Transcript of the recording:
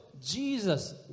Jesus